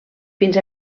fins